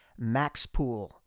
MAXPOOL